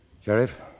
Sheriff